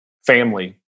family